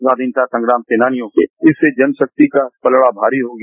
स्वाधीनता संग्राम सेनानियों के इससे जनशक्ति का पलड़ा भारी हो गया